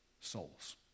souls